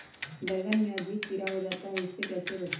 बैंगन में अधिक कीड़ा हो जाता हैं इससे कैसे बचे?